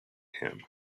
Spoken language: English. him